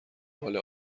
روال